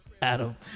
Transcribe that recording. Adam